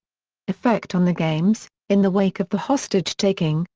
effect on the games in the wake of the hostage-taking,